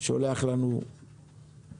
שולח לנו די זמן מראש,